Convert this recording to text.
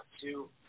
two